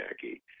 Jackie